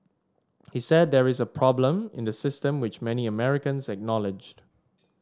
he said that there is a problem in the system which many Americans acknowledged